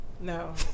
No